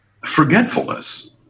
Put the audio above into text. forgetfulness